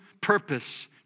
purpose